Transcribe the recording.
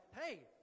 hey